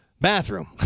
bathroom